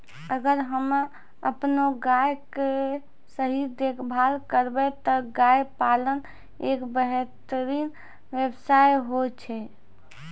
अगर हमॅ आपनो गाय के सही देखभाल करबै त गाय पालन एक बेहतरीन व्यवसाय होय छै